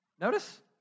Notice